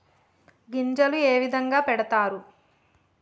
గింజలు ఏ విధంగా పెడతారు?